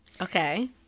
Okay